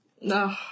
No